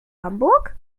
hamburg